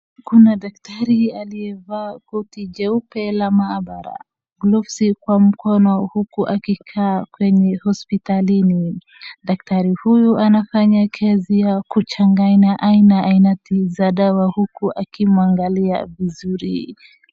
Kuna daktari aliyevaa koti jeupe la maabara. Glovu zi kwa mkono huku akikaa kwenye hospitalini. Daktari huyu anafanya kazi ya kuchanganya aina ainati za dawa huku akimwangalia vizuri.